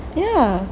ya